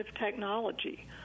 technology